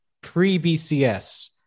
pre-BCS